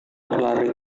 berlari